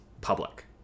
public